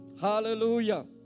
Hallelujah